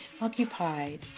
occupied